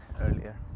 earlier